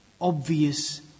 obvious